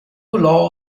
law